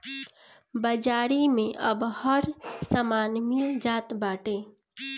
बाजारी में अब हर समान मिल जात बाटे